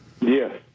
Yes